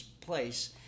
place